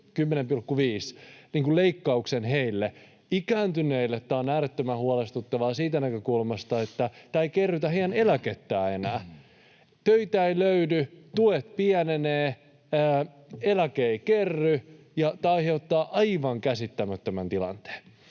10,5 prosentin leikkauksen heille. Ikääntyneille tämä on äärettömän huolestuttavaa siitä näkökulmasta, että tämä ei kerrytä heidän eläkettään enää. Töitä ei löydy, tuet pienenevät, eläke ei kerry. Tämä aiheuttaa aivan käsittämättömän tilanteen.